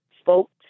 spoke